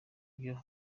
ibyo